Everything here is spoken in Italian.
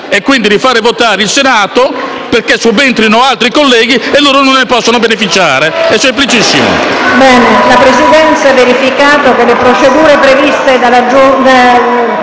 e, quindi, di far votare il Senato perché subentrino altri colleghi, in modo che loro non ne possano beneficiare. È semplicissimo.